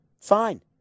Fine